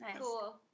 Cool